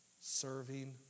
serving